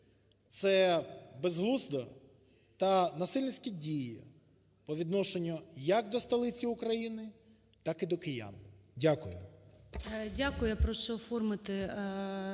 це безглуздо та насильницькі дії по відношенню, як до столиці Україні, так і до киян. Дякую.